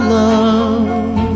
love